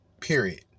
Period